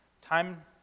Time